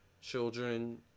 children